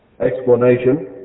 explanation